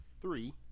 Three